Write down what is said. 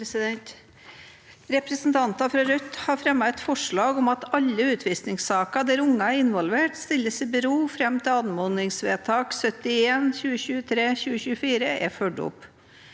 Re- presentanter fra Rødt har fremmet et forslag om at alle utvisningssaker der unger er involvert, stilles i bero fram til anmodningsvedtak nr. 71 (2023–2024) er fulgt opp.